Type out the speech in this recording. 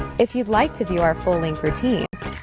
if you'd like to view our full length routines.